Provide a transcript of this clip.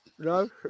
No